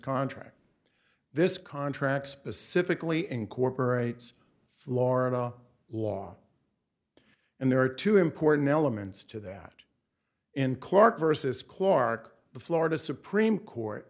contract this contract specifically incorporates florida law and there are two important elements to that in clark versus clark the florida supreme court